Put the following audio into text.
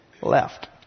left